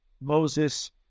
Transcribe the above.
moses